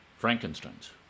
Frankensteins